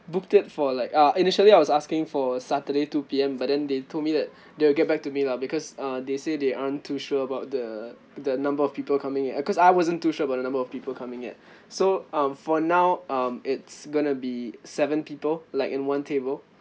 booked it for like uh initially I was asking for saturday two P_M but then they told me that they will get back to me lah because uh they say they aren't too sure about the the number of people coming in because I wasn't too sure about the number of people coming in so um for now um it's gonna be seven people like in one table